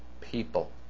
people